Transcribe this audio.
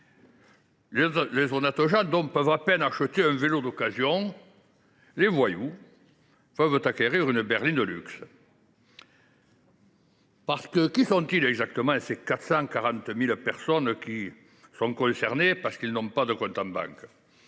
Les honnêtes gens peuvent à peine acheter un vélo d’occasion, alors que les voyous peuvent acquérir une berline de luxe ! Qui sont exactement ces 440 000 personnes concernées parce qu’elles n’ont pas de compte en banque ?